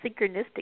synchronistic